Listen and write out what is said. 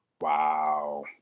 Wow